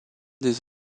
des